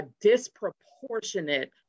disproportionate